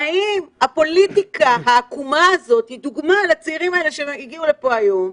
והאם הפוליטיקה העקומה הזאת היא דוגמה לצעירים האלה שהגיעו לפה היום,